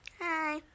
hi